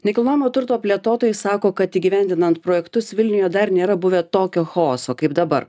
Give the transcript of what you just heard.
nekilnojamo turto plėtotojai sako kad įgyvendinant projektus vilniuje dar nėra buvę tokio chaoso kaip dabar